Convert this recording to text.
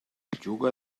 juga